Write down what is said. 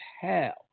hell